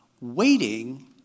Waiting